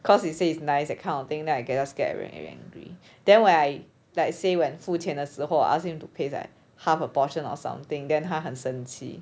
cause it say it's nice that kind of thing then I get scared and really angry then when I like say when 付钱的时候 ah ask him to pay like half a portion or something then 他很生气